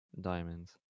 diamonds